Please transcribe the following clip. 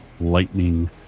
lightning